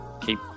keep